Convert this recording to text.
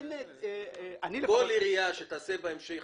כל עירייה שתעשה תכנית